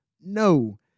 no